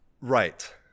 right